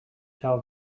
tell